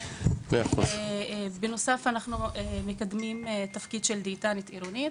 בנוסף, אנחנו מקדמים גם תפקיד של דיאטנית עירונית.